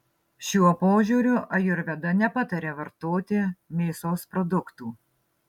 šiuo požiūriu ajurveda nepataria vartoti mėsos produktų